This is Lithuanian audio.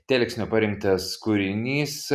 telksnio parinktas kūrinys